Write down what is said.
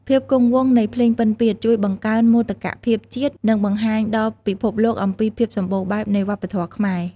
ភាពគង់វង្សនៃភ្លេងពិណពាទ្យជួយបង្កើនមោទកភាពជាតិ និងបង្ហាញដល់ពិភពលោកអំពីភាពសម្បូរបែបនៃវប្បធម៌ខ្មែរ។